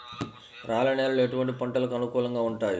రాళ్ల నేలలు ఎటువంటి పంటలకు అనుకూలంగా ఉంటాయి?